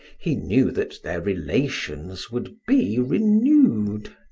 he knew that their relations would be renewed.